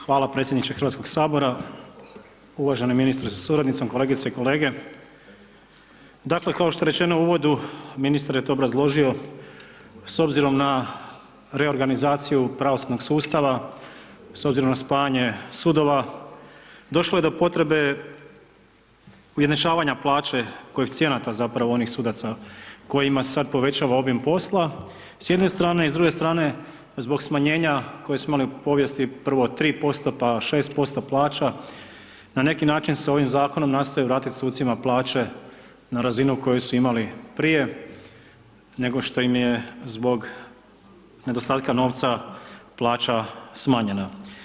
Hvala predsjedniče Hrvatskog sabora, uvaženi ministre sa suradnicom, kolegice i kolege, dakle kao što je rečeno u uvodu ministar je to obrazložio s obzirom na reorganizaciju pravosudnog sustava, s obzirom na spajanje sudova došlo je do potrebe ujednačavanja plaće koeficijenata zapravo onih sudaca kojima se sad povećava obim posla, s jedne strane i s druge strane zbog smanjenja koje smo imali u povijesti prvo 3%, pa 6% plaća, na neki način se ovim zakonom nastoji vratiti sucima plaće na razinu koju su imali prije nego što ime je zbog nedostatka plaća smanjena.